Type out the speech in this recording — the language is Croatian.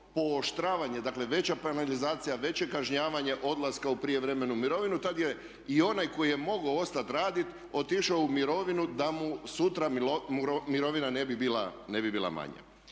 pooštravanje dakle veća penalizacija, veće kažnjavanje odlaska u prijevremenu mirovinu. Tad je i onaj koji je mogao ostati raditi otišao u mirovinu da mu sutra mirovina ne bi bila manja.